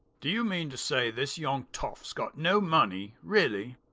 do you mean to say this young toff's got no money, really?